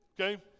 Okay